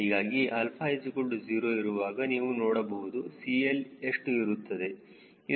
ಹೀಗಾಗಿ 𝛼 0 ಇರುವಾಗ ನೀವು ನೋಡಬಹುದು CL ಎಷ್ಟು ಇರುತ್ತದೆ